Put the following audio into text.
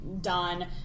Done